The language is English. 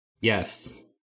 Yes